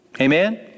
Amen